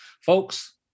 Folks